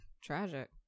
Tragic